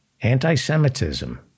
Anti-Semitism